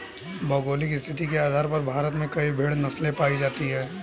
भौगोलिक स्थिति के आधार पर भारत में कई भेड़ नस्लें पाई जाती हैं